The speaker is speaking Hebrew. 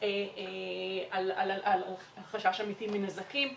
על חשש אמיתי מזנקים,